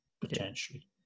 potentially